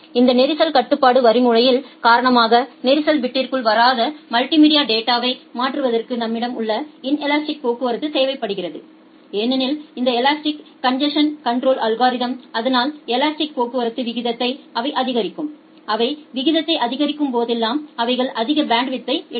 இந்த நெரிசல் கட்டுப்பாட்டு வழிமுறையின் காரணமாக நெரிசல் பிட்டிற்குள் வராத மல்டிமீடியா டேட்டாவை மாற்றுவதற்கு நம்மிடம் உள்ள இன்லஸ்ட்டிக் போக்குவரத்து தேவைப்படுகிறது ஏனெனில் இந்த elastic in congestion control algorithm அதனால் எலாஸ்டிக் போக்குவரத்து விகிதத்தை அவை அதிகரிக்கும் அவை விகிதத்தை அதிகரிக்கும் போதெல்லாம் அவைகள் அதிக பேண்ட்வித்யை எடுக்கும்